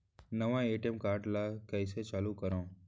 नवा ATM card ल कइसे चालू करव?